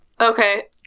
Okay